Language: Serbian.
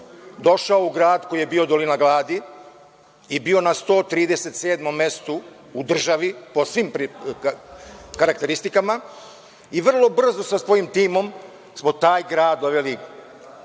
došao u grad koji je bio dolina gladi i bio na 137. mestu u državi po svim karakteristikama, i vrlo brzo sa svojim timom, smo taj grad doveli,